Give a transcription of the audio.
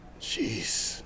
Jeez